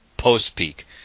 post-peak